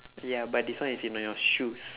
ya but this one is in a shoes